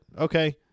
Okay